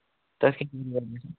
تَتھ چھِ